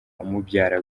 umubyara